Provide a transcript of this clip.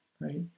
right